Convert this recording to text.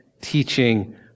teaching